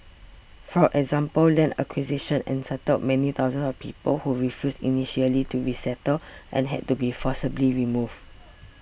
for example land acquisition unsettled many thousands of people who refused initially to resettle and had to be forcibly removed